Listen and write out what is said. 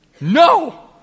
no